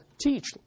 teach